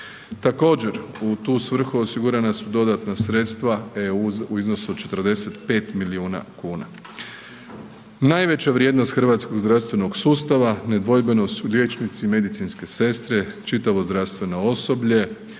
Također, u tu svrhu osigurana su dodatna sredstva EU u iznosu od 45 milijun kuna. Najveća vrijednost hrvatskog zdravstvenog sustava nedvojbeno su liječnici, medicinske sestre, čitavo zdravstveno osoblje